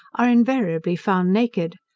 are invariably found naked.